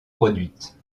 produites